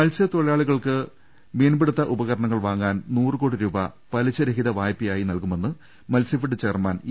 മത്സ്യത്തൊഴിലാളികൾക്ക് മത്സ്യബന്ധന ഉപകരണങ്ങൾ വാങ്ങാൻ നൂറ് കോടി രൂപ പലിശരഹിത വായ്പയായി നൽകുമെന്ന് മത്സ്യഫെഡ് ചെയർമാൻ ഇ